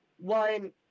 one